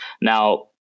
Now